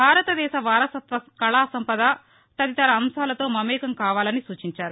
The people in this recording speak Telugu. భారతదేశ వారసత్వ కళాసంపద తదితర అంశాలతో మమేకం కావాలని సూచించారు